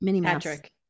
Patrick